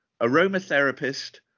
aromatherapist